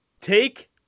take